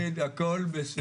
הכל בסדר.